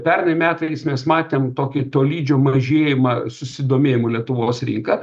pernai metais mes matėm tokį tolydžio mažėjimą susidomėjimo lietuvos rinka